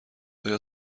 آیا